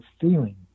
feeling